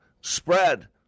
spread